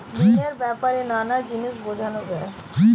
ঋণের ব্যাপারে নানা জিনিস বোঝানো যায়